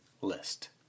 list